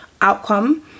outcome